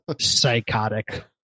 psychotic